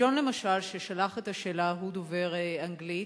ג'ון, למשל, ששלח את השאלה, הוא דובר אנגלית.